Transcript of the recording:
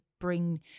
bring